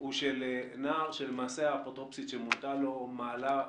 הוא של נער שלמעשה האפוטרופוסית שמונתה לו מעלה בתפקידה,